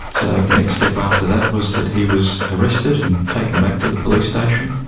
so the next step after that was that he was arrested and taken back to the police station.